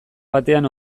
batean